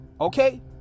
okay